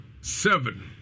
seven